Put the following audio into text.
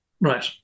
Right